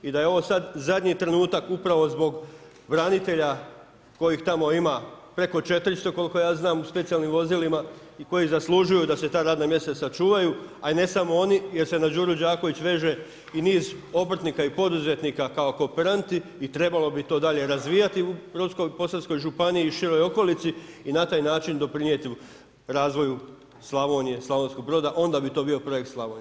I da je ovo sad zadnji trenutak, upravo zbog branitelja koji tamo ide preko 400, koliko ja znam u specijalnim vozilima i koji zaslužuju da se ta radna mjesta sačuvaju, a i ne samo oni, jer se na Đuru Đaković veze i niz obrtnika i poduzetnika kao kooperanti i trebalo bi to dalje razvijati u Brodsko posavskoj županiji i široj okolici i na taj način doprinijeti razvoju Slavonije, Slavonskog Broda, onda bi to bio projekt Slavonije.